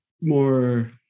more